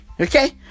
okay